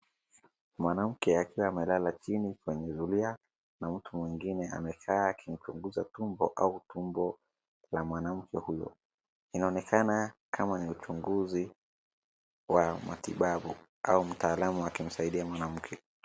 Mwanamke akiwa amelala chini kwenye zulia na mtu mwingine amekaa akimchunguza tumbo au tumbo la mwanamke huyo. Inaonekana kama ni uchunguzi wa matibabu au mtaalamu akimsaidia mwanamke.